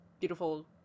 beautiful